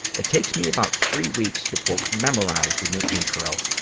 it takes me about three weeks to memorize the new intro,